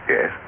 Yes